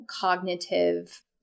cognitive